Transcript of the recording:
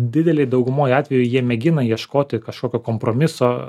didelėj daugumoj atvejų jie mėgina ieškoti kažkokio kompromiso